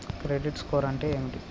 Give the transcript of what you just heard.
Credit score అంటే ఏమిటి?